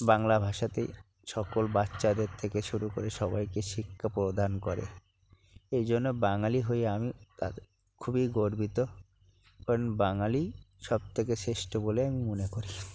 বাংলা ভাষাতেই সকল বাচ্চাদের থেকে শুরু করে সবাইকে শিক্ষা প্রদান করে এই জন্য বাঙালি হয়ে আমি আর খুবই গর্বিত কারণ বাঙালি সব থেকে শ্রেষ্ঠ বলে আমি মনে করি